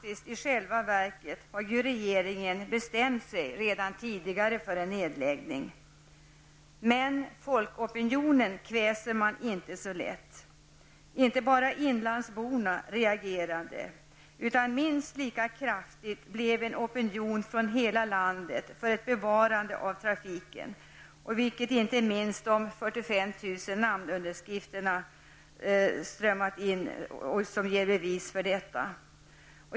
I själva verket har ju regeringen redan tidigare bestämt sig för en nedläggning. Men folkopinionen kväser man inte så lätt. Inte bara inlandsborna reagerade, utan minst lika kraftig blev en opinion från hela landet för ett bevarande av trafiken, vilket inte minst de 45 000 namnunderskrifter som strömmat in är ett bevis för.